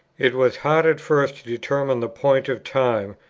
it was hard at first to determine the point of time,